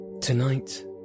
Tonight